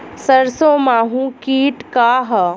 सरसो माहु किट का ह?